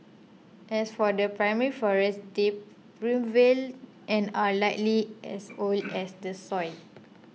as for the primary forest they primeval and are likely as old as the soil